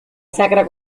sacra